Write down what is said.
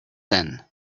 then